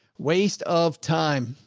waste of time.